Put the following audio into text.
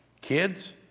Kids